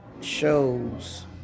shows